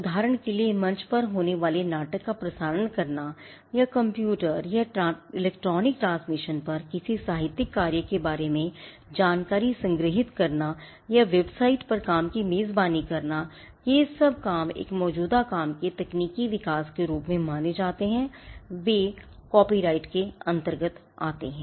उदाहरण के लिए मंच पर होने वाले नाटक का प्रसारण करना या कंप्यूटर पर काम की मेजबानी करना ये सभी काम एक मौजूदा काम के तकनीकी विकास के रूप में माने जाते हैं वे कॉपीराइट के अंतर्गत आते हैं